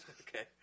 okay